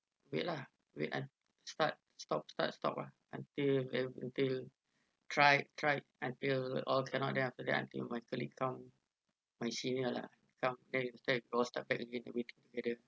wait lah wait I start stop start stop lah until ther~ until tried tried until all cannot then after that until my colleague come my senior lah come then he closed up everything and the